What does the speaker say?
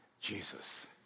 Jesus